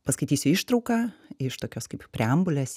paskaitysiu ištrauką iš tokios kaip preambulės